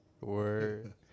Word